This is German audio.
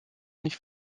nicht